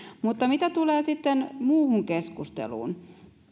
mutta mitä tulee sitten muuhun keskusteluun niin